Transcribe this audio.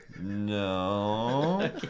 No